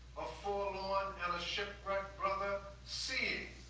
a forlorn and a shipwrecked brother seeing,